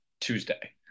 tuesday